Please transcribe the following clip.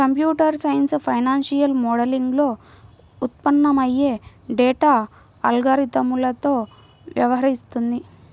computer science financial మోడలింగ్లో ఉత్పన్నమయ్యే data అల్గారిథమ్లతో వ్యవహరిస్తుంది